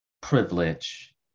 privilege